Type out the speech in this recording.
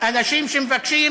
מאנשים שמבקשים